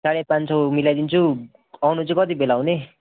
साढे पाँच सय मिलाइदिन्छु आउनु चाहिँ कति बेला आउने